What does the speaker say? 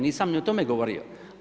Nisam ni o tome govorio.